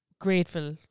grateful